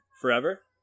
forever